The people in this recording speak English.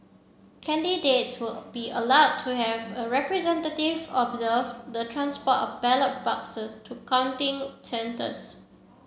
candidates will be allowed to have a representative observe the transport of ballot boxes to counting centres